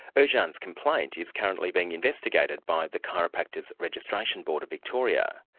ercan's complaint is currently being investigated by the chiropractors registration board of victoria.